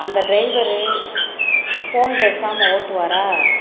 அந்த driver phone பேசாமல் ஓட்டுவாரா